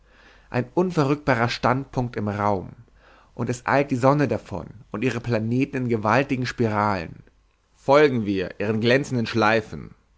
ein unverrückbarer standpunkt im raum und es eilt die sonne davon und ihre planeten in gewaltigen spiralen folgen wir ihren glänzenden schleifen